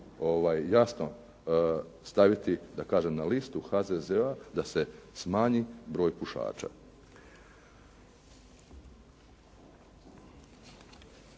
jasno staviti na listu HZZO-a da se smanji broj pušača.